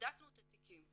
בדקנו את התיקים,